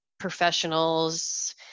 professionals